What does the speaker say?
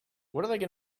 what